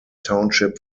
township